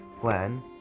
plan